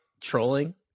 trolling